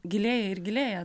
gilėja ir gilėja